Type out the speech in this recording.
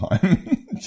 time